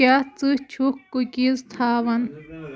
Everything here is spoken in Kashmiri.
کیٛاہ ژٕ چھُکھ کُکیٖز تھاوان